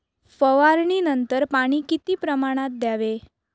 फवारणीनंतर पाणी किती प्रमाणात द्यावे?